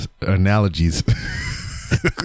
analogies